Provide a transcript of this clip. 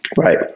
Right